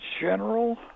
General